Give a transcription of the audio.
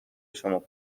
شما